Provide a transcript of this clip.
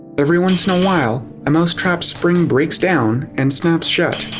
every once in a while, a mousetrap's spring breaks down and snaps shut.